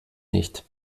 nicht